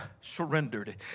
surrendered